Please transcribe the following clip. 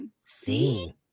See